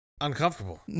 uncomfortable